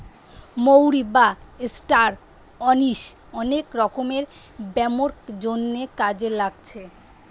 মৌরি বা star anise অনেক রকমের ব্যামোর জন্যে কাজে লাগছে